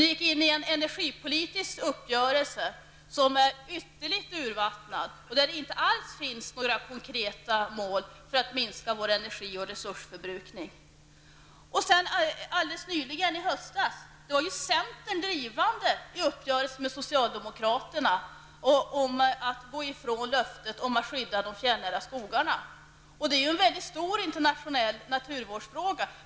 Ni gick in i en energipolitisk uppgörelse som är ytterligt urvattnad och där det inte alls finns några konkreta mål för att minska vår energi och resursförbrukning. Och alldeles nyligen -- i höstas -- var ju centern drivande i uppgörelsen med socialdemokraterna om att gå ifrån löftet att skydda de fjällnära skogarna. Det är en mycket stor internationell naturvårdsfråga.